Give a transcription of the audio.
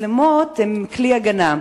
מצלמות הן כלי הגנה.